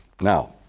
Now